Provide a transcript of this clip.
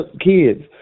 kids